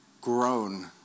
grown